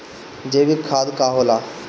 जैवीक खाद का होला?